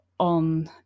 on